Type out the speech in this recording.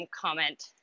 comment